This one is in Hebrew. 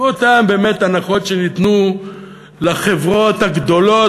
כמו באמת אותן הנחות שניתנו לחברות הגדולות